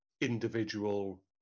individual